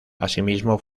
asimismo